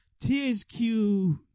THQ